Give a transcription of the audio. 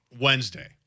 Wednesday